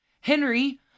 Henry